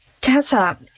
Tessa